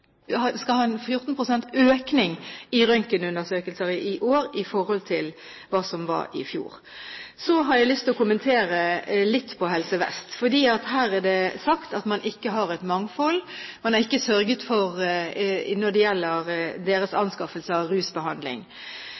har jeg lyst til å kommentere litt på Helse Vest, for her er det sagt at man ikke har et mangfold, at man ikke har sørget for det når det gjelder deres anskaffelser innen rusbehandling.